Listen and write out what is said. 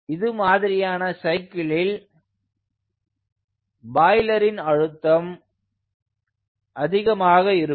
இது மாதிரியான சைக்கிளில் பாய்லரின் அழுத்தம் அதிகமாக இருக்கும்